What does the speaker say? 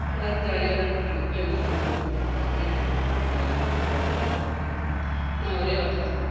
எல்லோரும் ஜாலியாக விளாண்டுட்டு இருக்கப்போ எங்கள் அப்பா வந்து கூப்பிடுவாங்க திட்டுவாங்க கூப்பிடுவாங்க திட்டுவாங்க நான் ஒரே வார்த்தைதான் சொன்னேன்